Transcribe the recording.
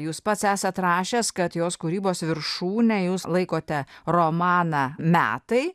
jūs pats esat rašęs kad jos kūrybos viršūne jūs laikote romaną metai